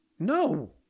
No